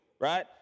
right